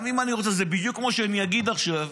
גם אם אני רוצה, זה בדיוק כמו שאני אגיד עכשיו,